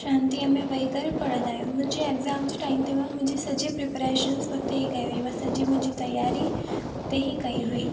शांतीअ में वेही करे पढ़ंदा आहियूं मुंहिंजे एक्ज़ाम जे टाइम ते मां मुंहिंजी सॼी प्रिपरेशन्स उते ई कई हुई मां सॼी मुंहिंजी त्यारी उते ई कई हुई